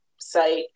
site